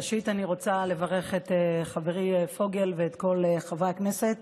ראשית אני רוצה לברך את חברי פוגל ואת כל חברי הכנסת